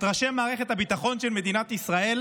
את ראשי מערכת הביטחון של מדינת ישראל,